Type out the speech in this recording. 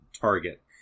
target